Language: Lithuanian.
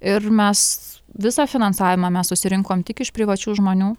ir mes visą finansavimą mes susirinkom tik iš privačių žmonių